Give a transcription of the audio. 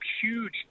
huge